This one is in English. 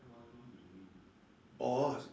orh